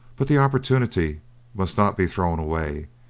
but the opportunity must not be thrown away,